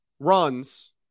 runs